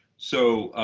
so